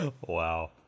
Wow